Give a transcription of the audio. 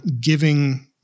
giving